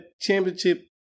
championship